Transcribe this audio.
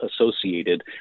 associated